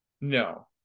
No